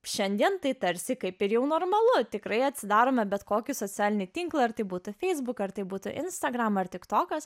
šiandien tai tarsi kaip ir jau normalu tikrai atsidarome bet kokį socialinį tinklą ar tai būtų facebook ar tai būtų instagram ar tik tokios